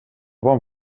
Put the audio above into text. bon